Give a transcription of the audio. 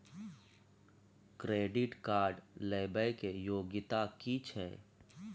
Credit card लेबै के योग्यता कि छै?